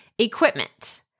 Equipment